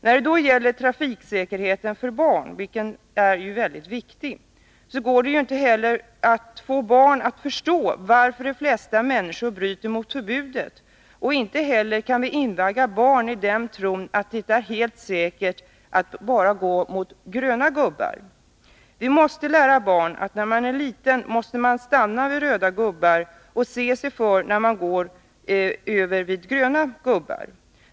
När det då gäller trafiksäkerheten för barn, vilken ju är väldigt viktig, går det inte att få barn att förstå varför de flesta människor bryter mot förbudet att gå mot röd gubbe. Inte heller kan vi invagga barn i den tron att det är helt säkert att bara gå mot gröna gubbar. Vi måste lära barn att när man är liten måste man stanna vid röda gubbar och se sig för när man går över vid gröna gubbar.